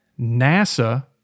NASA